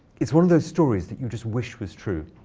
it's one of those stories that you just wish was true.